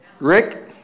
Rick